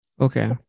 Okay